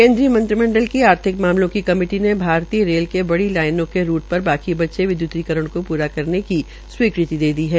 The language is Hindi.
केन्द्रीय मंत्रिमंडल की आर्थिक मामलों की कमेटी के भारतीय रेल के बड़ी लाइनों के रूट पर बचे विद्युतीकरण को पूरा करने की स्वीकृति दे दी है